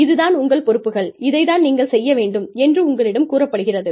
இது தான் உங்கள் பொறுப்புகள் இதைத்தான் நீங்கள் செய்ய வேண்டும் என்று உங்களிடம் கூறப்படுகிறது